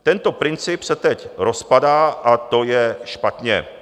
Tento princip se teď rozpadá a to je špatně.